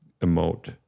emote